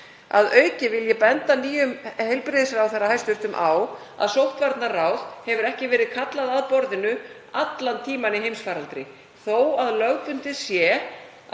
Að auki vil ég benda nýjum hæstv. heilbrigðisráðherra á að sóttvarnaráð hefur ekki verið kallað að borðinu allan tímann í heimsfaraldri þó að lögbundið sé